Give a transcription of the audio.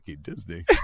Disney